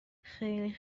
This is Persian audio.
خیلی